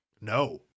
No